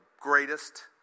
greatest